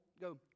go